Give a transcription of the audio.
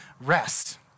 rest